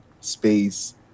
space